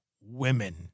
women